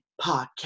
podcast